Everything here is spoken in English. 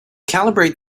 calibrate